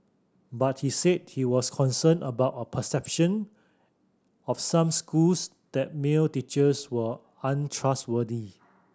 but he said he was concerned about a perception of some schools that male teachers were untrustworthy